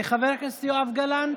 חבר הכנסת יואב גלנט,